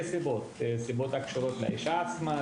מסיבות רבות: סיבות הקשורות לאישה עצמה,